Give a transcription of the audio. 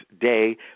day